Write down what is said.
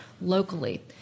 locally